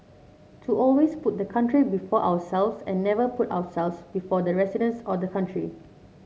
to always put the country before ourselves and never put ourselves before the residents or the country